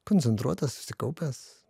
koncentruotas susikaupęs